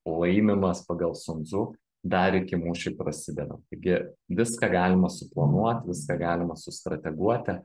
laimimas pagal sun dzu dar iki mūšiui prasidedant taigi viską galima suplanuot viską galima sustrateguoti